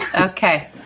Okay